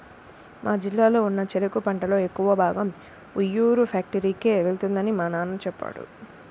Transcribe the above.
మా జిల్లాలో ఉన్న చెరుకు పంటలో ఎక్కువ భాగం ఉయ్యూరు ఫ్యాక్టరీకే వెళ్తుందని మా నాన్న చెప్పాడు